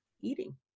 eating